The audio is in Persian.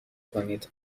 کنید